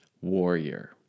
warrior